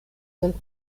sind